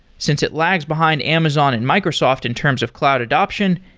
since it lags behind amazon and microsoft in terms of cloud adoption,